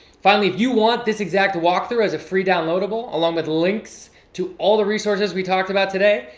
finally, if you want this exact walk through as a free downloadable, along with links to all the resources we talked about today,